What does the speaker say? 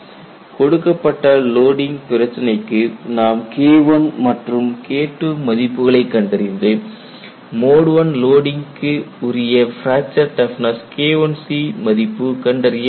கொடுக்கப்பட்ட பிரச்சினைக்கு நாம் KI மற்றும் KII மதிப்புகளை கண்டறிந்து மோட் I லோடிங்க்கு உரிய பிராக்சர் டப்னஸ் KIC மதிப்பு கண்டறியப்படுகிறது